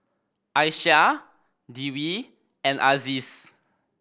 Aisyah Dwi and Aziz